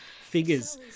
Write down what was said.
figures